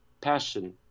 passion